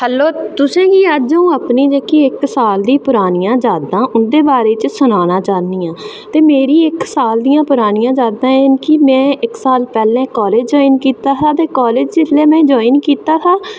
hello तुसेंगी अज्ज अं'ऊ जेह्की अपनी इक्क साल दी परानियां यादां उं'दे बारै च सनाना चाह्न्नी आं ते मेरियां इक्क साल दियां परानियां यादां हैन कि में इक्क साल पैह्लें ते कॉलेज़ में जेल्लै ज्वॉइन कीता हा